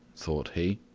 thought he,